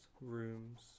rooms